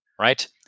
right